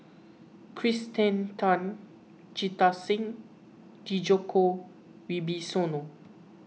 Kirsten Tan Jita Singh Djoko Wibisono